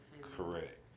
correct